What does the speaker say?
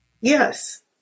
Yes